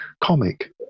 comic